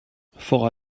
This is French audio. fort